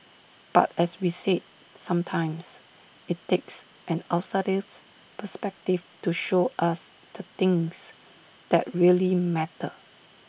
but as we said sometimes IT takes an outsider's perspective to show us the things that really matter